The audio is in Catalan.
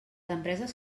empreses